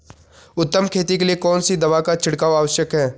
उत्तम खेती के लिए कौन सी दवा का छिड़काव आवश्यक है?